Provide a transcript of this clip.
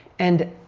and,